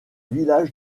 village